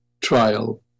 trial